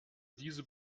diese